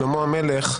שלמה המלך,